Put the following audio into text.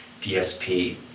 DSP